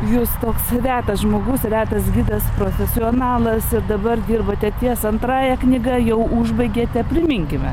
jūs toks retas žmogus retas gidas profesionalas ir dabar dirbate ties antrąja knyga jau užbaigėte priminkime